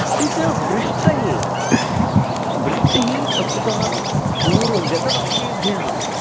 अपि च वृष्टिः वृष्टिः वस्तुतः पूर्व गतवर्षेभ्यः